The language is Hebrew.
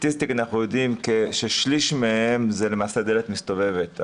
סטטיסטית אנחנו יודעים שכ-1/3 מהם זה למעשה דלת מסתובבת.